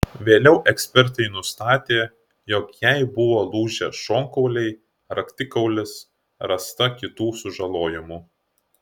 vėliau ekspertai nustatė jog jai buvo lūžę šonkauliai raktikaulis rasta kitų sužalojimų